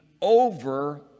over